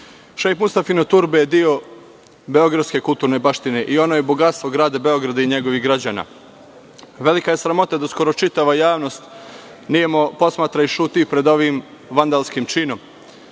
Šejh-Mustafino Turbe je deo beogradske kulturne baštine i ono je bogatstvo grada Beograda i njegovih građana. Velika je sramota da skoro čitava javnost nemo posmatra i ćuti pred ovim vandalskim činom. Ono